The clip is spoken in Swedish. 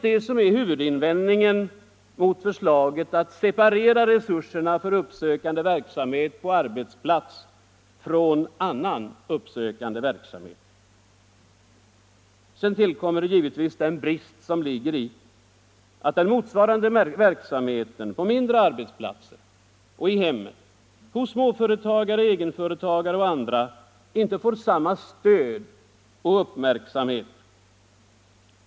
Detta är huvudinvändningen mot förslaget att separera resurserna för uppsökande verksamhet på arbetsplats från resurserna för annan uppsökande verksamhet. Därtill kommer den brist som det är att motsvarande verksamhet på mindre arbetsplatser — hos småföretagare, egenföretagare — och i hemmen inte får samma stöd och uppmärksamhet.